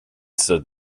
stood